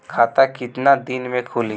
खाता कितना दिन में खुलि?